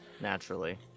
Naturally